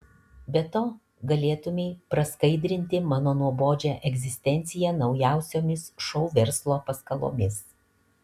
be to galėtumei praskaidrinti mano nuobodžią egzistenciją naujausiomis šou verslo paskalomis